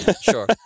Sure